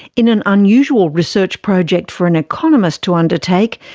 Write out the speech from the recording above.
in an unusual research project for an economist to undertake,